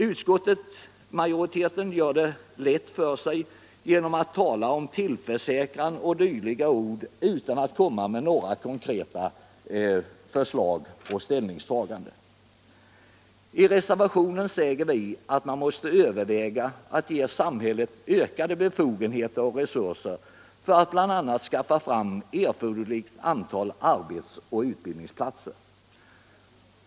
Utskottsmajoriteten gör det lätt för sig genom att tala om tillförsäkran ÅArbetsmarknads politiken Arbetsmarknadspolitiken 0. d., utan att komma med några konkreta förslag och ställningstaganden. I reservationen 3 säger vi att man måste överväga att ge samhället ökade befogenheter och resurser för att bl.a. skaffa fram erforderligt antal arbets och utbildningsplatser.